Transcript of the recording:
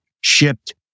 shipped